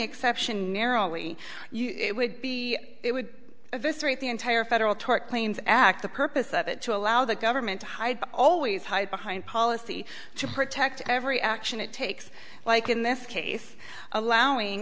exception narrowly it would be it would this right the entire federal tort claims act the purpose of it to allow the government to hide always hide behind policy to protect every action it takes like in this case allowing